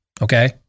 Okay